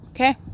Okay